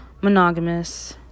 monogamous